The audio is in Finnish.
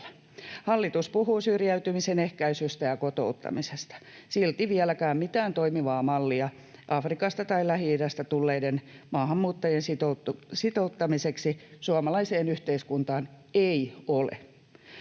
Hallitus puhuu syrjäytymisen ehkäisystä ja kotouttamisesta. Silti vieläkään mitään toimivaa mallia Afrikasta tai Lähi-idästä tulleiden maahanmuuttajien sitouttamiseksi suomalaiseen yhteiskuntaan ei ole.